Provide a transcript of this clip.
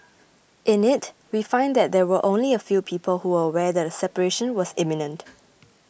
in it we find that there were only a few people who were aware that a separation was imminent